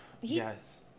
yes